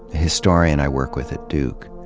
istorian i work with at duke,